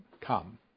come